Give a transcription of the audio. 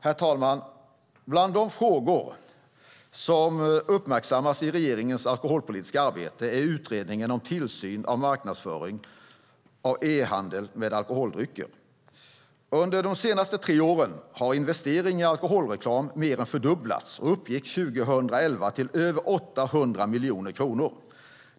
Herr talman! Bland de frågor som uppmärksammas i regeringens alkoholpolitiska arbete finns utredningen om tillsyn av marknadsföring och e-handel med alkoholdrycker. Under de senaste tre åren har investeringarna i alkoholreklam mer än fördubblats. De uppgick 2011 till över 800 miljoner kronor.